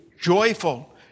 joyful